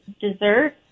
dessert